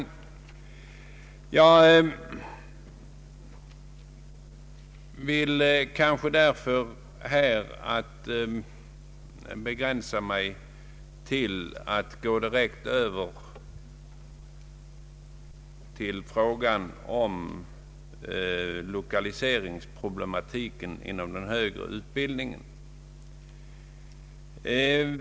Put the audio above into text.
Jag vill därför begränsa mig till att gå direkt in på lokaliseringsproblematiken inom den högre utbildningen.